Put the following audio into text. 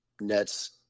Nets